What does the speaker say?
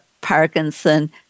Parkinson